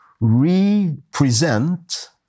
represent